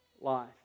life